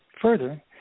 Further